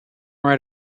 right